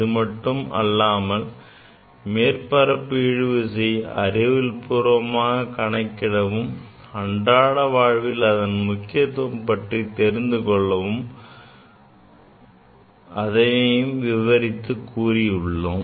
இது மட்டுமல்லாமல் மேற்பரப்பு இழுவிசையை அறிவியல்பூர்வமாக கணக்கிடவும் அன்றாட வாழ்வில் அதன் முக்கியத்துவத்தை பற்றியும் விவரித்து உள்ளேன்